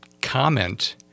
comment